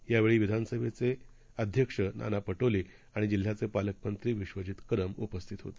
यावेळीविधानसभेचेअध्यक्षनानापटोलेआणिजिल्ह्याचेपालकमंत्रीविश्वजीतकदमउपस्थितहोते